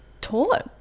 taught